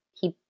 keep